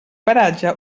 paratge